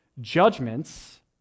judgments